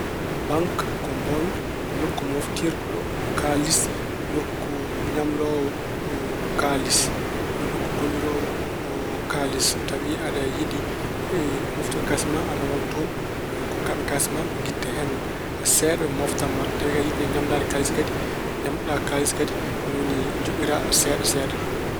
Baŋk ko mbooñ, ko nokku mooftirɗo kaalis, nokku ñamloowo kaalis, nokku golliroowo kaalis. Tawi aɗa yiɗi mooftude kaalis ma, a nawan toon kokkaaɓe kaalis ma ɓe ngitta hen seeɗa, ɓe mooftan ma. So tawi aɗa yiɗi ñamlaade kaalis kadi ñamloɗa kaalis kadi, ni woni njoɓira seeɗa seeɗa.